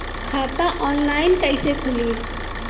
खाता ऑनलाइन कइसे खुली?